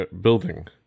building